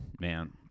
man